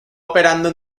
operando